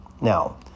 Now